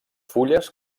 fulles